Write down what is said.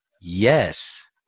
yes